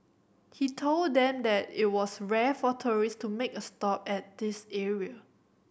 he told them that it was rare for tourist to make a stop at this area